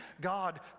God